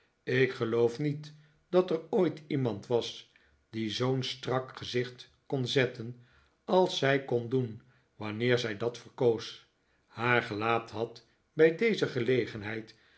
ik geloof niet dat er ooit iemand was die zoo'n strak gezicht kon zetten als zij kon doen wanneer zij dat verkoos haar gelaat had bij deze gelegenheid